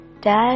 Dad